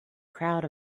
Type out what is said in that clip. crowd